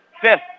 Fifth